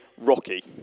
rocky